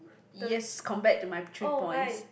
yes compared to my three points